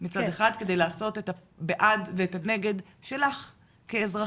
מצד אחד כדי לעשות את הבעד ואת הנגד שלך כאזרחית,